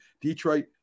Detroit